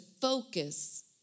focus